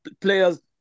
players